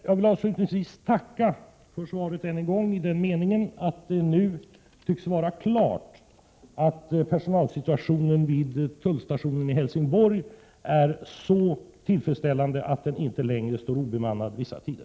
Jag vill än en gång tacka för svaret, i den meningen att det nu tycks vara klart att personalsituationen vid tullstationen i Helsingborg är så tillfredsställande att stationen inte längre står obemannad vissa tider.